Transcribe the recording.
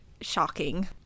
shocking